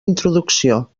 introducció